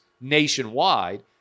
nationwide